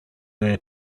there